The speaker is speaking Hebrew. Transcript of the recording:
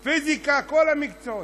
פיזיקה, כל המקצועות.